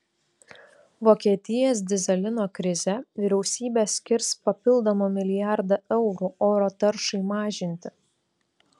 vokietijos dyzelino krizė vyriausybė skirs papildomą milijardą eurų oro taršai mažinti